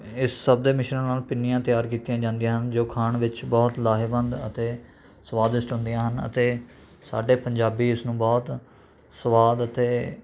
ਇਸ ਸਭ ਦੇ ਮਿਸ਼ਰਨ ਨਾਲ਼ ਪਿੰਨੀਆਂ ਤਿਆਰ ਕੀਤੀਆਂ ਜਾਂਦੀਆਂ ਹਨ ਜੋ ਖਾਣ ਵਿੱਚ ਬਹੁਤ ਲਾਹੇਵੰਦ ਅਤੇ ਸਵਾਦਇਸ਼ਟ ਹੁੰਦੀਆਂ ਹਨ ਅਤੇ ਸਾਡੇ ਪੰਜਾਬੀ ਇਸ ਨੂੰ ਬਹੁਤ ਸਵਾਦ ਅਤੇ